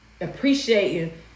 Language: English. appreciating